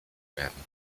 werden